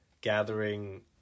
gathering